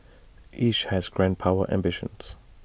each has grand power ambitions